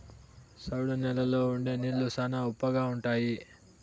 సౌడు న్యాలల్లో ఉండే నీళ్లు శ్యానా ఉప్పగా ఉంటాయి